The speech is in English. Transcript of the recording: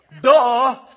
Duh